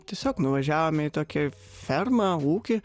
tiesiog nuvažiavome į tokią fermą ūkį